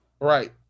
Right